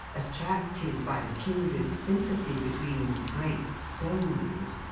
attracted by the kindred sympathy between great souls,